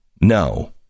no